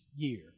Year